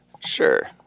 sure